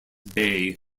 bay